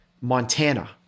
Montana